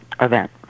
event